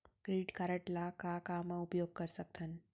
Credit card ला का का मा उपयोग कर सकथन?